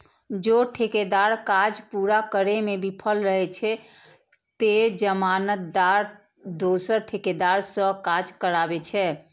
जौं ठेकेदार काज पूरा करै मे विफल रहै छै, ते जमानतदार दोसर ठेकेदार सं काज कराबै छै